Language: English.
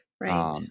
Right